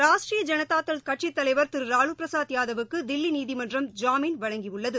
ராஷ்ட்ரிய ஜனதாதள் கட்சித்தலைவர் திரு லாலு பிரசாத் யாதவுக்கு தில்லி நீதிமன்றம் ஜாமீன் வழங்கியுள்ளது